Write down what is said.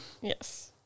Yes